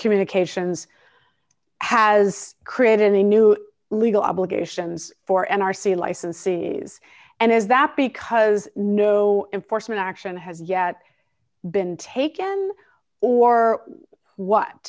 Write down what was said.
communications has created a new legal obligations for n r c licensees and is that because no enforcement action has yet been taken or what